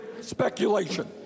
speculation